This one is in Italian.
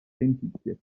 lenticchie